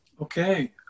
okay